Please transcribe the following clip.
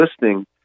listening